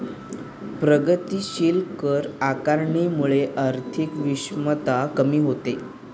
प्रगतीशील कर आकारणीमुळे आर्थिक विषमता कमी होते